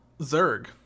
Zerg